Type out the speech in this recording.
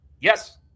Yes